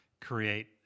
create